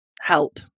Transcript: help